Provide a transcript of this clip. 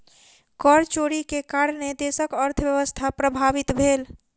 कर चोरी के कारणेँ देशक अर्थव्यवस्था प्रभावित भेल